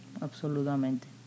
Absolutamente